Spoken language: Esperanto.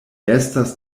estas